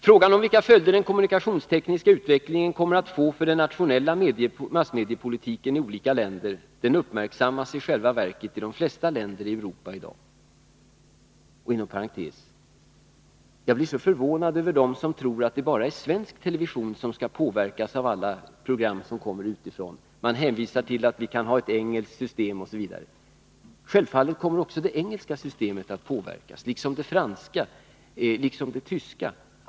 Frågan om vilka följder den kommunikationstekniska utvecklingen kommer att få för den nationella massmediepolitiken i olika länder uppmärksammas i själva verket i de flesta länder i Europa i dag. Och inom parentes — jag blir mycket förvånad över dem som tror att det bara är svensk television som skall påverkas av alla program som kommer utifrån. Man hänvisar till att vi kan ha ett engelskt system, osv. Självfallet kommer också det engelska systemet att påverkas, liksom det franska och tyska.